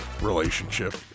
relationship